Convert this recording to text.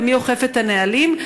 ומי אוכף את הנהלים?